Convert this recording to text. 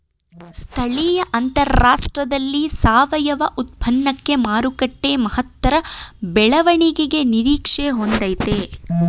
ಸ್ಥಳೀಯ ಅಂತಾರಾಷ್ಟ್ರದಲ್ಲಿ ಸಾವಯವ ಉತ್ಪನ್ನಕ್ಕೆ ಮಾರುಕಟ್ಟೆ ಮಹತ್ತರ ಬೆಳವಣಿಗೆ ನಿರೀಕ್ಷೆ ಹೊಂದಯ್ತೆ